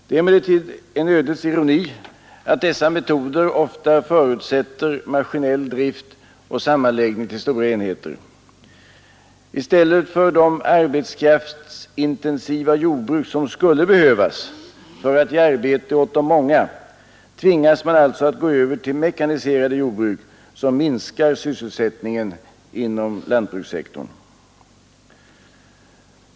Det är emellertid en ödets ironi att dessa metoder ofta förutsätter maskinell drift och sammanläggning till stora enheter. I stället för de arbetskraftsintensiva jordbruk som skulle behövas för att ge arbete åt många tvingas man alltså att gå över till mekaniserade jordbruk, som minskar sysselsättningen inom lantbrukssektorn.